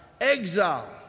exile